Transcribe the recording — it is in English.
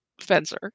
Fencer